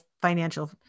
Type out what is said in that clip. financial